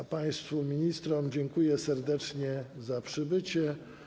A państwu ministrom dziękuję serdecznie za przybycie.